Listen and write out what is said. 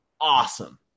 awesome